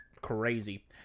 Crazy